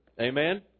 Amen